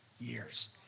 years